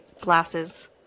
glasses